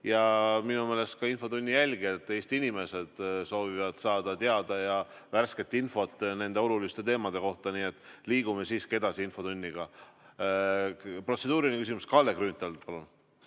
Ja minu meelest ka infotunni jälgijad, Eesti inimesed soovivad saada värsket infot nende oluliste teemade kohta. Nii et liigume siiski infotunniga edasi. Protseduuriline küsimus, Kalle Grünthal,